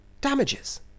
Damages